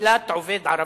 נקלט עובד ערבי.